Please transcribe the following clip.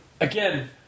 again